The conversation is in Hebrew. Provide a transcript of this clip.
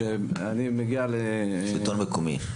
שלטון מקומי.